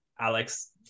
Alex